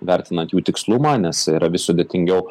vertinant jų tikslumą nes yra vis sudėtingiau